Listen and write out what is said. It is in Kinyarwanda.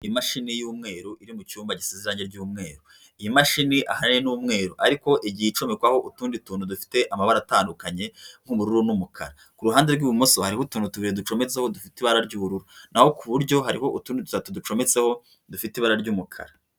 Imashini y'umweru iri mu cyumba gisize irange ry'umweru. iyi mashini ahanini ni umweruru ariko igihe icomekwaho utundi tuntu dufite amabara atandukanye nk'ubururu n'umukara. Ku ruhande rw'ibumoso hariho utuntu tubiri ducometseho dufite ibara ry'ubururu naho ku rw'iburyo hariho utundi dutatu ducometseho dufite ibara ry'umukara.